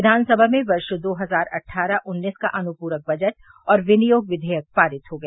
विधानसभा में वर्ष दो हजार अट्ठारह उन्नीस का अनुपूरक बजट और विनियोग क्वियक पारित हो गया